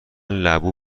لبو